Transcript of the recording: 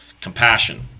compassion